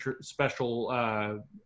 special